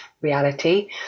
reality